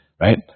Right